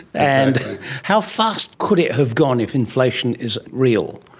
and how fast could it have gone if inflation is real?